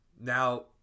Now